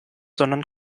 sondern